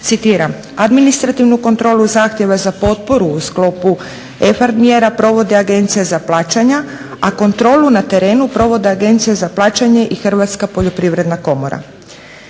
Citiram: "Administrativnu kontrolu zahtjeva za potporu u sklopu …/Govornica se ne razumije./… mjera provodi Agencija za plaćanja, a kontrolu na terenu provode Agencije za plaćanje i Hrvatska poljoprivredna komora."